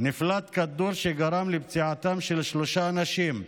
נפלט כדור שגרם לפציעתם של שלושה אנשים,